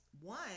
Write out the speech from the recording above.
one